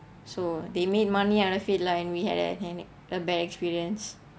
so they made money out of it lah and we had a had a bad experience